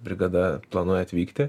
brigada planuoja atvykti